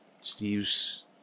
Steve's